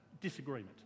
disagreement